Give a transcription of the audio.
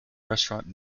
restaurant